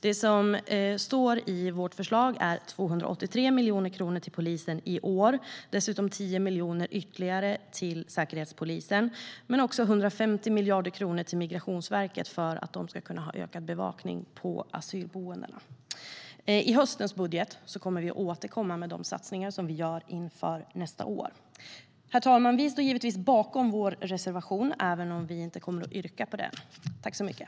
Det som står i vårt förslag är 283 miljoner kronor till polisen i år, dessutom 10 miljoner ytterligare till säkerhetspolisen, men också 150 miljoner kronor till Migrationsverket för att de ska kunna ha ökad bevakning på asylboendena. I höstens budget återkommer vi med de satsningar som vi gör inför nästa år. Herr talman! Vi står givetvis bakom vår reservation, även om vi inte kommer att yrka bifall till den.